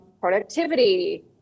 productivity